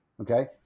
okay